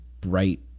bright